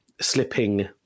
slipping